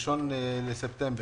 ה-1 בספטמבר.